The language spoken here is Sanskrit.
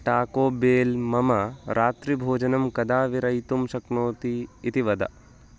टाको बेल् मम रात्रिभोजनं कदा विरयितुं शक्नोति इति वद